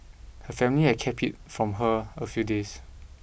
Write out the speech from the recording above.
her family had kept it from her a few days